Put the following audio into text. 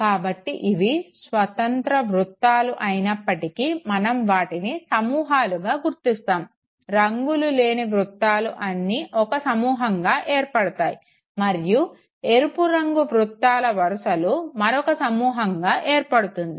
కాబట్టి ఇవి స్వతంత్ర వృత్తాలు అయినపటికి మనం వాటిని సమూహాలుగా గుర్తిస్తాము రంగులులేని వృత్తాలు అన్నీ ఒక సమూహంగా ఏర్పడతాయి మరియు ఎర్రుపు రంగు వృత్తాల వరుసలు మరొక సమూహంగా ఏర్పడుతుంది